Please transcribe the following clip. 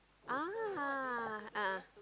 ah a'ah